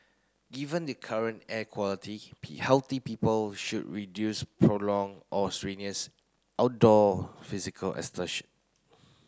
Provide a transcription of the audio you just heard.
given the current air quality healthy people should reduce prolonged or strenuous outdoor physical exertion